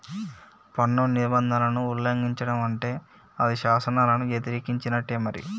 పన్ను నిబంధనలను ఉల్లంఘిచడం అంటే అది శాసనాలను యతిరేకించినట్టే మరి